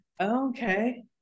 okay